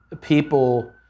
people